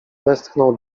westchnął